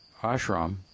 ashram